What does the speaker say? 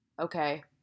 Okay